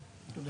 לא, תודה